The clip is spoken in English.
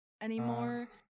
anymore